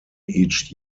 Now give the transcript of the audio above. each